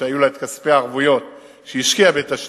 שהיו לה את כספי הערבויות שהיא השקיעה בתשתיות,